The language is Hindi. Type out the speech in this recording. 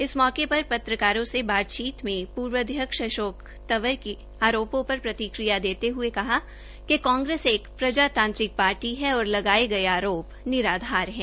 इस मौके पर पत्रकारों से बातचीत में पूर्व अध्यक्ष अशोक तंवर के आरोपों पर प्रतिक्रिया देते ह्ये कहा कि कांग्रेस एक प्रजातात्रिक पार्टी है और लगाये गये आरोप निराधार है